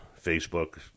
Facebook